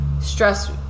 stress